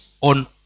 on